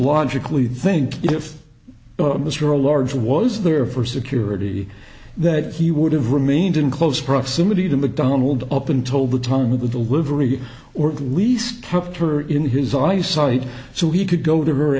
logically think if mr a large was there for security that he would have remained in close proximity to mcdonald up until the time of the livery or at least kept her in his eyesight so he could go to her